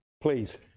please